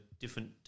different